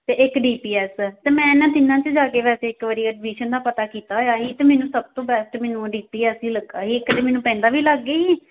ਅਤੇ ਇੱਕ D P S ਅਤੇ ਮੈਂ ਇਹਨਾਂ ਤਿੰਨਾਂ 'ਚ ਜਾ ਕੇ ਵੈਸੇ ਇੱਕ ਵਾਰੀ ਐਡਮਿਸ਼ਨ ਦਾ ਪਤਾ ਕੀਤਾ ਹੋਇਆ ਸੀ ਅਤੇ ਮੈਨੂੰ ਸਭ ਤੋਂ ਬੈਸਟ ਮੈਨੂੰ ਉਹ ਡੀ ਪੀ ਐੱਸ ਹੀ ਲੱਗਾ ਸੀ ਇੱਕ ਮੈਨੂੰ ਪੈਂਦਾ ਵੀ ਲਾਗੇ ਹੀ